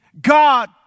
God